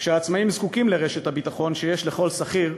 כשהעצמאים זקוקים לרשת הביטחון שיש לכל שכיר,